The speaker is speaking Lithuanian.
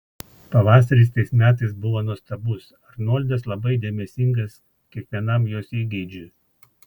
pavasaris tais metais buvo nuostabus arnoldas labai dėmesingas kiekvienam jos įgeidžiui